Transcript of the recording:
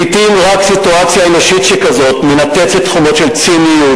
לעתים רק סיטואציה אנושית שכזאת מנתצת חומות של ציניות,